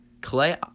Clay